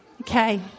Okay